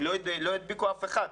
הם לא ידביקו אף אחד.